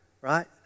right